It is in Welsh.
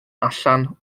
allan